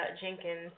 Jenkins